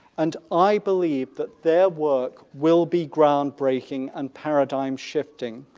and i believe that their work will be groundbreaking and paradigm-shifting.